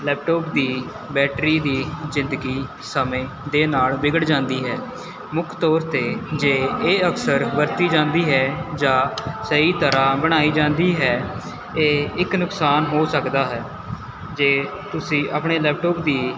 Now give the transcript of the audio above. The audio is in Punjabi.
ਲੈਪਟੋਪ ਦੀ ਬੈਟਰੀ ਦੀ ਜ਼ਿੰਦਗੀ ਸਮੇਂ ਦੇ ਨਾਲ਼ ਵਿਗੜ ਜਾਂਦੀ ਹੈ ਮੁੱਖ ਤੌਰ 'ਤੇ ਜੇ ਇਹ ਅਕਸਰ ਵਰਤੀ ਜਾਂਦੀ ਹੈ ਜਾਂ ਸਹੀ ਤਰ੍ਹਾਂ ਬਣਾਈ ਜਾਂਦੀ ਹੈ ਇਹ ਇੱਕ ਨੁਕਸਾਨ ਹੋ ਸਕਦਾ ਹੈ ਜੇ ਤੁਸੀਂ ਆਪਣੇ ਲੈਪਟੋਪ ਦੀ